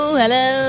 hello